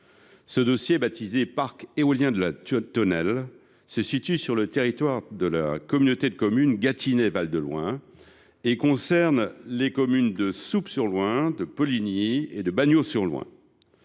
Ce dossier, baptisé Parc éolien de la Tonnelle, se situe sur le territoire de la communauté de communes Gâtinais Val de Loing et concerne les communes de Souppes sur Loing, de Poligny et de Bagneaux sur Loing.